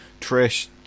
Trish